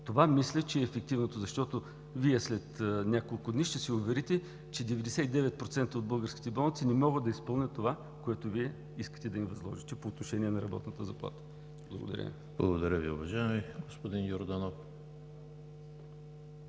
Това мисля, че е ефективното, защото след няколко дни ще се уверите, че 99% от българските болници не могат да изпълнят това, което искате да им възложите по отношение на работната заплата. Благодаря. ПРЕДСЕДАТЕЛ